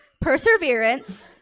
perseverance